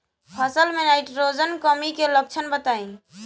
फसल में नाइट्रोजन कमी के लक्षण बताइ?